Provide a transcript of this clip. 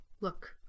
Look